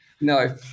no